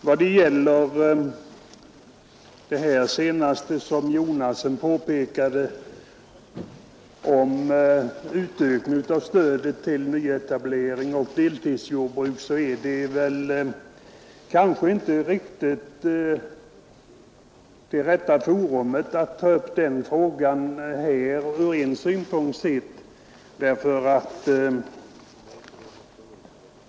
Vad gäller herr Jonassons sista påpekande om en utökning av stödet till att omfatta nyetableringar och deltidsjordbruk vill jag säga, att det i dag kanske inte är rätta tidpunkten att ta upp den frågan.